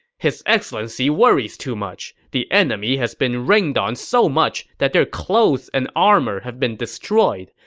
his excellency worries too much. the enemy has been rained on so much that their clothes and armor have been destroyed.